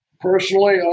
Personally